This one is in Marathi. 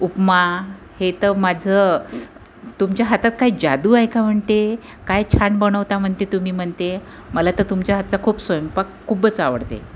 उपमा हे तर माझं तुमच्या हातात काही जादू आहे का म्हणते काय छान बनवता म्हणते तुम्ही म्हणते मला तर तुमच्या हातचा खूप स्वयंपाक खूपच आवडते